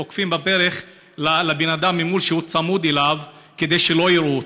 תוקפים בברך בן אדם ממול כשהוא צמוד אליו כדי שלא יראו אותו.